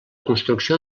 construcció